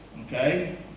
okay